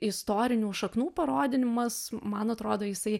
istorinių šaknų parodymas man atrodo jisai